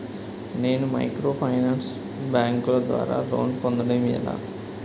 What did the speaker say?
నేను మైక్రోఫైనాన్స్ బ్యాంకుల ద్వారా లోన్ పొందడం ఎలా?